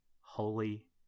holy